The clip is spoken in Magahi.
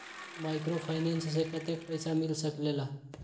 माइक्रोफाइनेंस से कतेक पैसा मिल सकले ला?